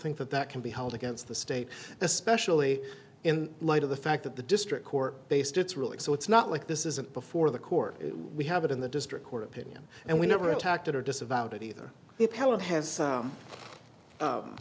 think that that can be held against the state especially in light of the fact that the district court based it's really so it's not like this isn't before the court we have it in the district court opinion and we never attacked it or disavowed it either ha